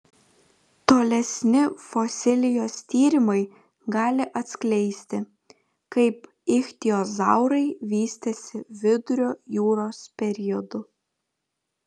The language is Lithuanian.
tolesni fosilijos tyrimai gali atskleisti kaip ichtiozaurai vystėsi vidurio jūros periodu